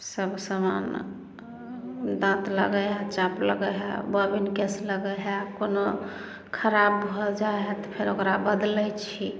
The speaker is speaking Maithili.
सब समान दाँत लगै हइ चाँप लगै हइ बॉबिनकेश लगै हइ कोनो खराब भऽ जाइ हइ तऽ फेर ओकरा बदलै छी